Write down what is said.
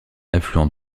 affluent